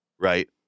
right